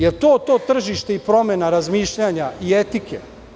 Da li je to to tržište i promena razmišljanja i etike?